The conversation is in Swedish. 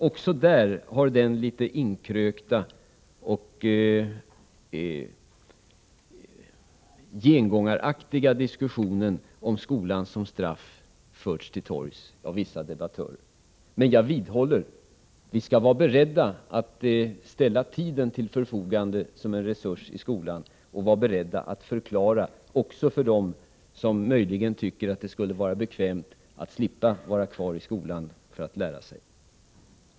Också där har den litet inkrökta och gengångaraktiga diskussionen om skolan som straff förts av vissa debattörer. Jag vidhåller emellertid att vi skall vara beredda att ställa tiden till förfogande som en resurs i skolan och vara beredda att förklara detta för dem som möjligen tycker att det skulle vara bekvämt att slippa vara kvar i skolan för att lära sig.